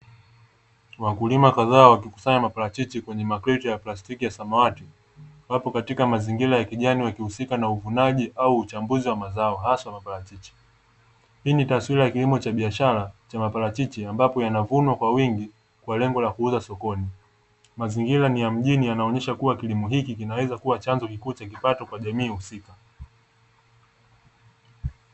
Wakulima kadhaa wakikusanya maparachichi kwenye makreti ya plastiki ya samawati. Wapo katika mazingira ya kijani wakihusika na uvunaji au uchambuzi wa mazao haswa maparachichi. Hii ni taswira ya kilimo cha biashara cha maparachichi ambapo yanavunwa kwa wingi kwa lengo la kuuzwa sokoni. Mazingira ni ya mjini, yanaonyesha kuwa kilimo hiki kinaweza kuwa chanzo kikuu cha kipato kwa jamii husika.